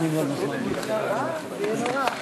מכובדי יושב-ראש הכנסת, חברי חברי הכנסת,